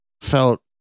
felt